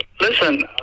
Listen